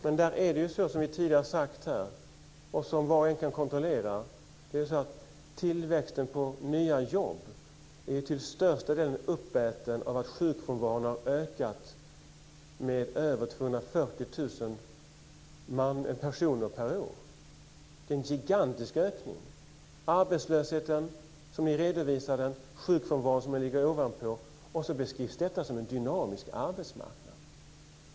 Men, som vi tidigare sagt här och som var och en kan kontrollera: Tillväxten vad gäller nya jobb är till största delen uppäten av att sjukfrånvaron har ökat med mer än 240 000 personer per år. Det är en gigantisk ökning. Arbetslösheten, som ni redovisar den, och ovanpå den sjukfrånvaron beskrivs som en dynamisk arbetsmarknad.